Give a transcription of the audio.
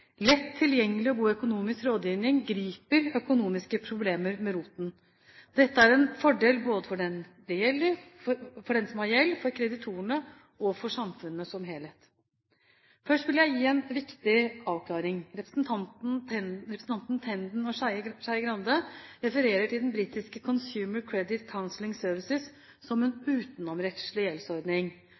Lett tilgjengelig og god økonomisk rådgivning griper økonomiske problemer ved roten. Dette er en fordel både for den som har gjeld, for kreditorene og for samfunnet som helhet. Først vil jeg gi en viktig avklaring. Representantene Tenden og Skei Grande refererer til den britiske Consumer Credit Counselling Service som en utenomrettslig gjeldsordning.